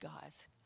guys